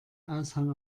aushang